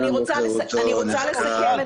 אני רוצה לסכם את הדברים.